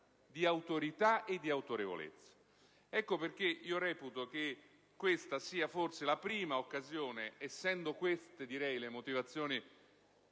di autorità e di autorevolezza. Ecco perché reputo che questa sia forse la prima occasione in cui si discute di motivazioni